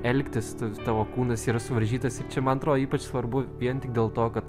elgtis tu tavo kūnas yra suvaržytas ir čia man atrodo ypač svarbu vien tik dėl to kad